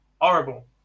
horrible